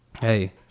Hey